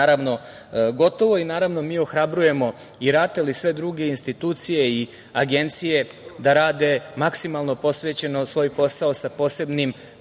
naravno gotovo. Naravno, mi ohrabrujemo i RATEL i sve druge institucije i agencije da rade maksimalno posvećeno svoj posao, sa posebnim